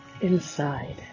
inside